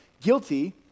guilty